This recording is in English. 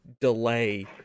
delay